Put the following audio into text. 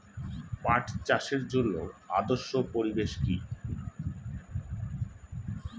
পাট চাষের জন্য আদর্শ পরিবেশ কি?